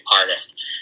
artist